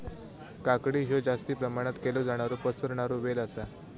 काकडी हयो जास्ती प्रमाणात केलो जाणारो पसरणारो वेल आसा